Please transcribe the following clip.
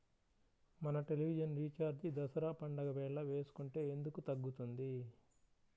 మన television recharge Dasara పండగ వేళ వేసుకుంటే ఎందుకు తగ్గుతుంది?